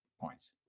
points